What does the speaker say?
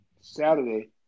Saturday